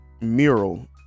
mural